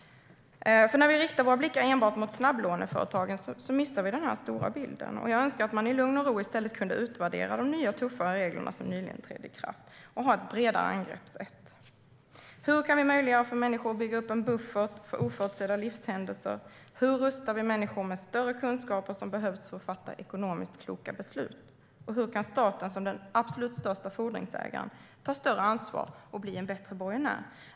När vi riktar våra blickar enbart mot snabblåneföretagen missar vi den stora bilden. Jag önskar att man i lugn och ro i stället kunde utvärdera de nya, tuffare reglerna som nyligen trädde i kraft och ha ett bredare angreppssätt. Hur kan vi möjliggöra för människor att bygga upp en buffert för oförutsedda livshändelser? Hur rustar vi människor med större kunskaper som behövs för att fatta ekonomiskt kloka beslut? Och hur kan staten, som den absolut största fordringsägaren, ta större ansvar och bli en bättre borgenär?